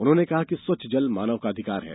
उन्होंने कहा कि स्वच्छ जल मानव का अधिकार है